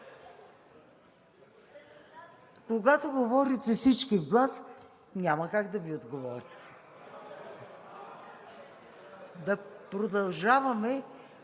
Когато говорите всички в глас, няма как да Ви отговоря. Продължаваме